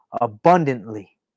abundantly